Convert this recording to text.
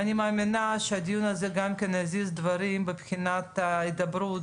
אני מאמינה שהדיון הזה יזיז דברים מבחינת ההידברות